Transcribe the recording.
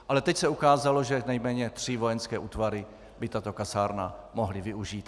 Ale teď se ukázalo, že nejméně tři vojenské útvary by tato kasárna mohly využít.